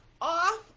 off